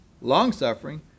long-suffering